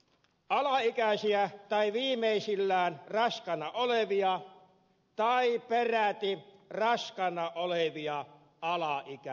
alaikäisiä tai viimeisillään raskaana olevia tai peräti raskaana olevia alaikäisiä